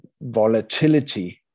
volatility